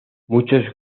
muchos